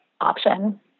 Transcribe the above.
option